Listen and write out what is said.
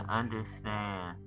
understand